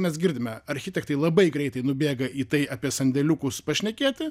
mes girdime architektai labai greitai nubėga į tai apie sandėliukus pašnekėti